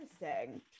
Interesting